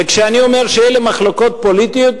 וכשאני אומר שאלה מחלוקות פוליטיות,